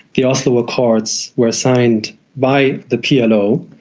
the oslo accords were signed by the plo.